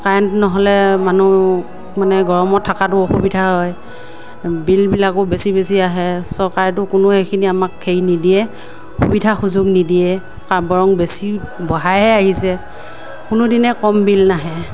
current নহ'লে মানুহ মানে গৰমত থকাতো অসুবিধা হয় বিলবিলাকো বেছি বেছি আহে চৰকাৰেতো কোনো এইখিনি আমাক হেৰি নিদিয়ে সুবিধা সুযোগ নিদিয়ে বৰং বেছি বঢ়াইহে আহিছে কোনোদিনে কম বিল নাহে